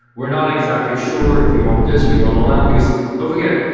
we're not exactly sure if we own this, we don't own that, because don't forget,